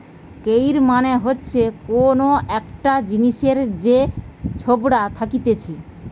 কৈর মানে হচ্ছে কোন একটা জিনিসের যে ছোবড়া থাকতিছে